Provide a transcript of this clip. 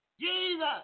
Jesus